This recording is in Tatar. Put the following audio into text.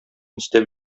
өстәп